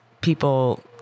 people